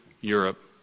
Europe